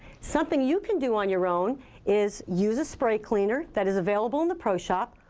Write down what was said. something you can do on your own is use a spray cleaner that is available in the pro shop,